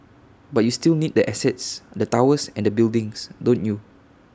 but you still need the assets the towers and the buildings don't you